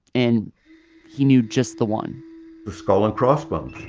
and he knew just the one the skull and crossbones.